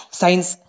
science